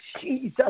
Jesus